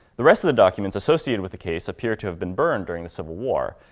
the rest of the documents associated with the case appear to have been burned during the civil war.